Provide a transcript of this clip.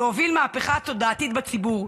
4. להוביל מהפכה תודעתית בציבור,